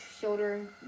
shoulder